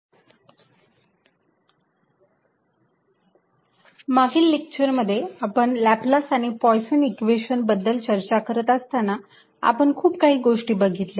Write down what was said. method of images I point charge in front of ground metallic plane I मागील लेक्चरमध्ये आपण Laplace आणि Poisson equations Laplace's and Poisson's equations बद्दल चर्चा करत असताना आपण खूप काही गोष्टी बघितल्या